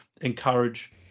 encourage